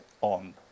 on